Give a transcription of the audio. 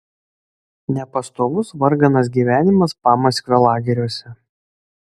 nepastovus varganas gyvenimas pamaskvio lageriuose